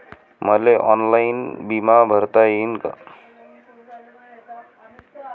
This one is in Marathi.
मले ऑनलाईन बिमा भरता येईन का?